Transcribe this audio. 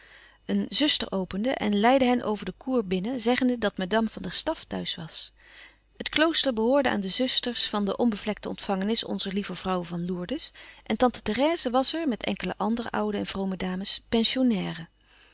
een zuster opende en leidde hen over den cour binnen zeggende dat madame van der staff thuis was het klooster behoorde aan de zusters van de onbevlekte ontvangenis onzer lieve vrouwe van lourdes en tante therèse was er met enkele andere oude en vrome dames pensionnaire